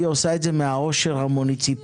היא עושה את זה מהעושר המוניציפלי.